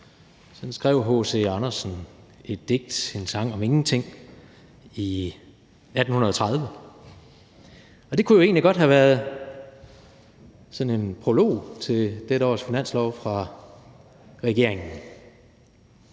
Sådan skrev H.C. Andersen i digtet »Ingenting og Noget« fra 1830. Og det kunne jo egentlig godt have været sådan en prolog til dette års finanslov fra regeringen.